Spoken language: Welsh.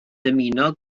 dymuno